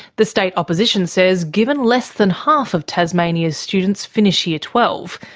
the state opposition says given less than half of tasmania's students finish year twelve,